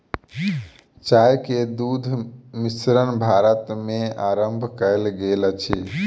चाय मे दुग्ध मिश्रण भारत मे आरम्भ कयल गेल अछि